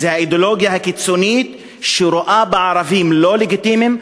זו האידיאולוגיה הקיצונית שרואה בערבים לא לגיטימיים,